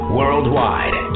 worldwide